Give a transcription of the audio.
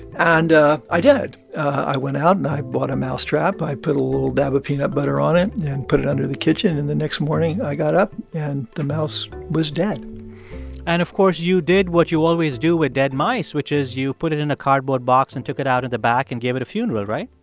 and i did. i went out and i bought a mousetrap. i put a little dab of peanut butter on it and put it under the kitchen. and the next morning, i got up and the mouse was dead and, of course, you did what you always do with dead mice, which is you put it in a cardboard box and took it out of the back and gave it a funeral, right?